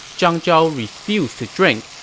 zhang zhao refused to drink,